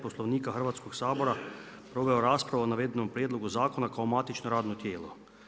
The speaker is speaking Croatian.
Poslovnika Hrvatskog sabora proveo je raspravu o navedenom prijedlogu zakona kao matično radno tijelo.